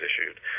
issued